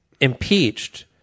impeached